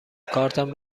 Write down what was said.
کارتم